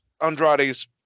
Andrade's